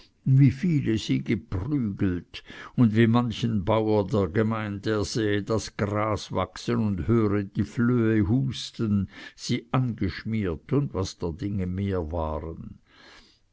wie viele sie geprügelt und wie manchen bauer der gemeint er sehe das gras wachsen und höre die flöhe husten sie angeschmiert und was der dinge mehr waren